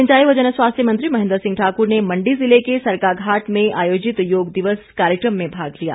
सिंचाई व जनस्वास्थ्य मंत्री महेन्द्र सिंह ठाकुर ने मंडी ज़िले के सरकाघाट में आयोजित योग दिवस कार्यकम में भाग लिया